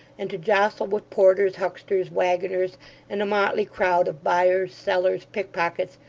and to jostle with porters, hucksters, waggoners, and a motley crowd of buyers, sellers, pick-pockets,